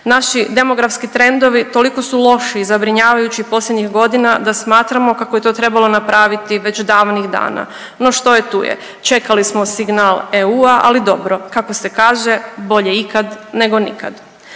Naši demografski trendovi toliko su loši i zabrinjavajući posljednjih godina da smatramo kako je to trebalo napraviti već davnih dana, no što je tu je. Čekali smo signal EU-a, ali dobro kako se kaže bolje ikad nego nikad.